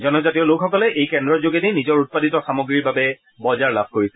জনজাতিয়লোকসকলে এই কেন্দ্ৰৰ যোগেদি নিজৰ উৎপাদিত সামগ্ৰীৰ বাবে বজাৰ লাভ কৰিছে